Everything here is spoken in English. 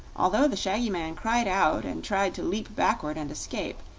although the shaggy man cried out and tried to leap backward and escape,